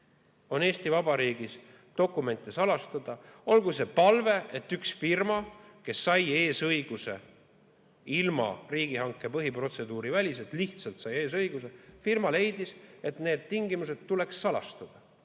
on Eesti Vabariigis dokumente salastada. Olgu selleks kas või palve, et üks firma, kes sai eesõiguse riigihanke põhiprotseduuri väliselt, lihtsalt sai eesõiguse, ja firma leidis, et need tingimused tuleks salastada.